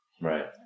Right